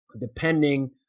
depending